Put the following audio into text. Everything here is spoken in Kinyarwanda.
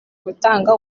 gutanga